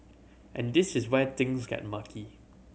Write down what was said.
and this is where things get murky